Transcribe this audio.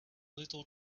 little